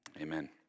amen